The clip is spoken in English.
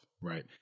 right